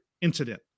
incident